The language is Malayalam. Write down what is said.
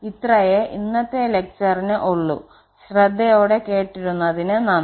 ഇത്രെയേ ഇന്നത്തെ ലെക്ചറ്റിനു ഉള്ളൂ ശ്രദ്ധയോടെ കേട്ടിരുന്നതിനു നന്ദി